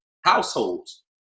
households